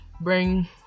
bring